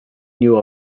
knew